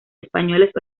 españoles